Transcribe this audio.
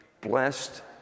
blessed